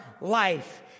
life